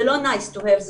זה לא nice to have,